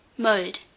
Mode